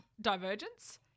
divergence